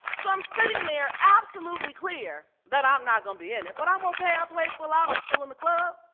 so i'm sitting there absolutely clear that i'm not gonna be in it, but i'm okay. i played full out, i'm still in the club.